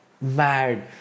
Mad